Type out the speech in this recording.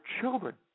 children